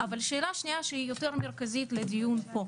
השאלה השנייה שהיא יותר מרכזית בדיון פה.